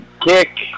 kick